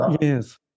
yes